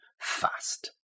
fast